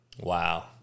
Wow